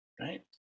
right